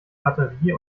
batterie